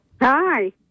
Hi